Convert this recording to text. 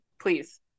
please